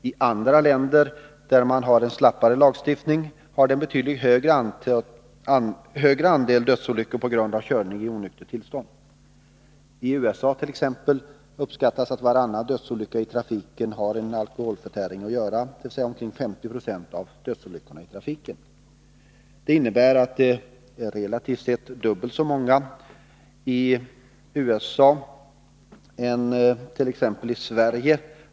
I andra länder, där man har en slappare lagstiftning, har man en betydligt högre andel dödsolyckor på grund av körning i onyktert tillstånd. I USA uppskattas t.ex. varannan dödsolycka i trafiken ha med alkoholförtäring att göra. Detta innebär att det relativt sett händer dubbelt så många olyckor i USA änit.ex. Sverige.